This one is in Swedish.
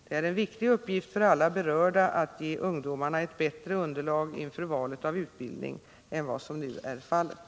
Det är en viktig uppgift för alla berörda att ge ungdomarna ett bättre underlag inför valet av utbildning än vad som nu är fallet.